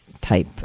type